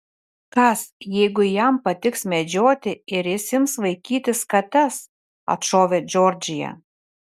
kas jeigu jam patiks medžioti ir jis ims vaikytis kates atšovė džordžija